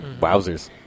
Wowzers